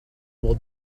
will